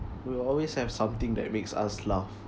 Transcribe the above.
we'll always have something that makes us laugh